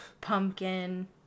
pumpkin